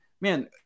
man